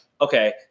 okay